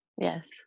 Yes